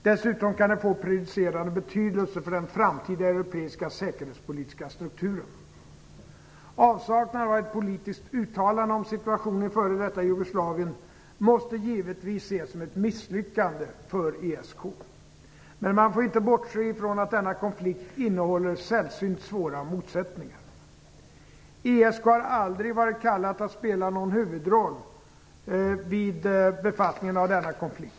Dessutom kan den få prejudicerande betydelse för den framtida europeiska säkerhetspolitiska strukturen. Avsaknaden av ett politiskt uttalande om situationen i det f.d. Jugoslavien måste givetvis ses som ett misslyckande för ESK. Men man får inte bortse ifrån att denna konflikt innehåller sällsynt svåra motsättningar. ESK har aldrig varit kallat att spela någon huvudroll vid befattningen med denna konflikt.